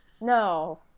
No